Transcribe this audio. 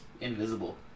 invisible